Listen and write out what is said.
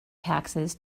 taxes